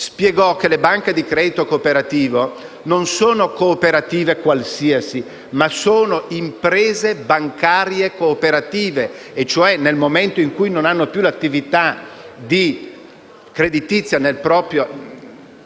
spiegò che le banche di credito cooperativo non sono cooperative qualsiasi, ma sono imprese bancarie cooperative e cioè, nel momento in cui non hanno più attività creditizia nel proprio